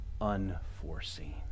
unforeseen